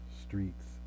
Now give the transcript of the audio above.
streets